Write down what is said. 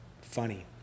funny